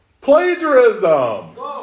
Plagiarism